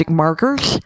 markers